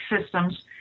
systems